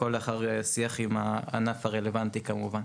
הכול לאחר שיח עם הענף הרלוונטי כמובן.